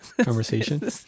conversation